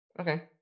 Okay